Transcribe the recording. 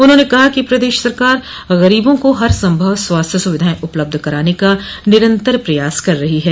उन्होंने कहा कि प्रदेश सरकार गरीबों को हर सम्मव स्वास्थ्य सुविधायें उपलब्ध कराने का निरन्तर प्रयास कर रही ह